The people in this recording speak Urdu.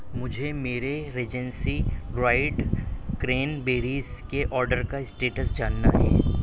مجھے میرے ریجنسی ڈرائڈ کرین بیریز کے آرڈر کا اسٹیٹس جاننا ہے